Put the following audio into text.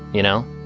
you know?